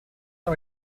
are